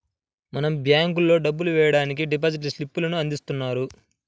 మనం బ్యేంకుల్లో డబ్బులు వెయ్యడానికి డిపాజిట్ స్లిప్ లను అందిస్తున్నారు